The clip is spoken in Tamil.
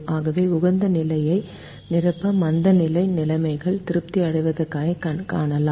ஆகவே உகந்த நிலையில் நிரப்பு மந்தநிலை நிலைமைகள் திருப்தி அடைவதைக் காண்கிறோம்